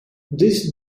this